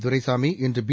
துரைசாமி இன்று பி